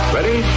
Ready